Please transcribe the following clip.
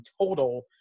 total